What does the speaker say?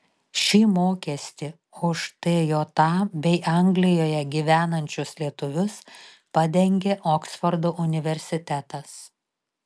šį mokestį už tja bei anglijoje gyvenančius lietuvius padengė oksfordo universitetas